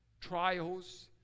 trials